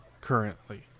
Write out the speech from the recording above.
currently